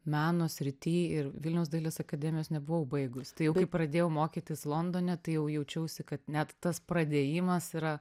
meno srityj ir vilniaus dailės akademijos nebuvau baigus tai jau kai pradėjau mokytis londone tai jau jaučiausi kad net tas pradėjimas yra